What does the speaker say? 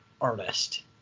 artist